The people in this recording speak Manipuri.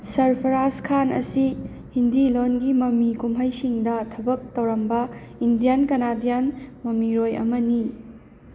ꯁꯔꯐꯔꯥꯖ ꯈꯥꯟ ꯑꯁꯤ ꯍꯤꯟꯗꯤ ꯂꯣꯟꯒꯤ ꯃꯃꯤ ꯀꯨꯝꯍꯩꯁꯤꯡꯗ ꯊꯕꯛ ꯇꯧꯔꯝꯕ ꯏꯟꯗꯤꯌꯥꯟ ꯀꯅꯥꯗꯤꯌꯥꯟ ꯃꯃꯤꯔꯣꯏ ꯑꯃꯅꯤ